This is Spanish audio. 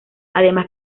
además